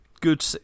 good